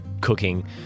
cooking